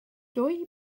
dwy